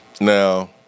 Now